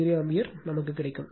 87o ampere கிடைக்கும்